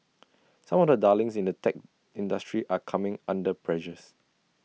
some of the darlings in the tech industry are coming under pressures